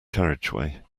carriageway